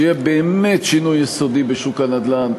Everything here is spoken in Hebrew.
שיהיה באמת שינוי יסודי בשוק הנדל"ן,